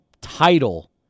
title